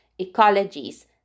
ecologies